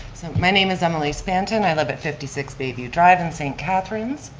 so my name is emily spanton. i live at fifty six bayview drive in st. catharines.